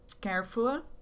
careful